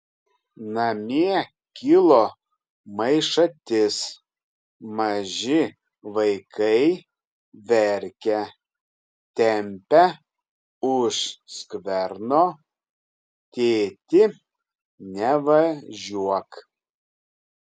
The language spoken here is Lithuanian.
namie kilo maišatis maži vaikai verkia tempia už skverno tėti nevažiuok